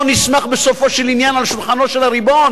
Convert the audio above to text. נסמך בסופו של עניין על שולחנו של הריבון.